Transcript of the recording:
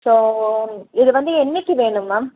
so இது வந்து என்னைக்கு வேணும் மேம்